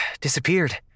disappeared